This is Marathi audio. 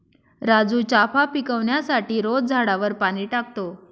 राजू चाफा पिकवण्यासाठी रोज झाडावर पाणी टाकतो